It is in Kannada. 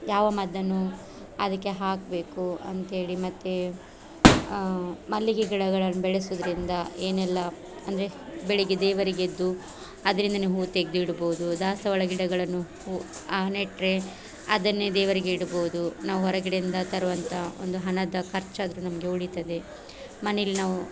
ಯಾವ ಮದ್ಧನ್ನು ಅದಕ್ಕೆ ಹಾಕಬೇಕು ಅಂತ್ಹೇಳಿ ಮತ್ತು ಮಲ್ಲಿಗೆ ಗಿಡಗಳನ್ನು ಬೆಳೆಸುವುದ್ರಿಂದ ಏನೆಲ್ಲ ಅಂದರೆ ಬೆಳಗ್ಗೆ ದೇವರಿಗೆ ಎದ್ದು ಅದ್ರಿಂದಲೇ ಹೂವು ತೆಗೆದಿಡ್ಬೋದು ದಾಸವಾಳ ಗಿಡಗಳನ್ನು ಹೂವು ನೆಟ್ಟರೆ ಅದನ್ನೇ ದೇವರಿಗೆ ಇಡ್ಬೋದು ನಾವು ಹೊರಗಡೆಯಿಂದ ತರುವಂಥ ಒಂದು ಹಣದ ಖರ್ಚಾದ್ರೂ ನಮಗೆ ಉಳಿತದೆ ಮನೆಯಲ್ಲಿ ನಾವು